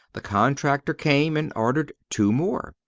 the contractor came and ordered two more.